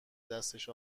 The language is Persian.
دستش